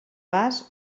vas